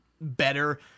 better